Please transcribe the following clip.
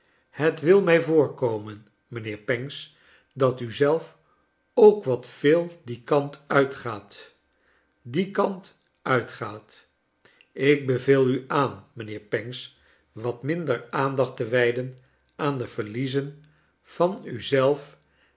het wil mrj voorkomen mijnheer pancks dat u zelf ook wat veel dien kant uitgaat dien kant uitgaat ik beveel u aan mijnheer pancks wat minder aanclacht te wij den aan de verliezen van u zelf